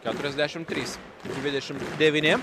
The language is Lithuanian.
keturiasdešimt trys dvidešimt devyni